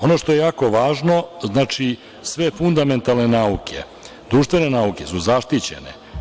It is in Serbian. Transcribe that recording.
Ono što je jako važno, znači, sve fundamentalne nauke, društvene nauke, su zaštićene.